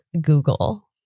Google